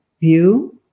view